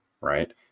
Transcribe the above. right